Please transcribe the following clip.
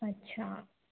अच्छा